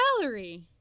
salary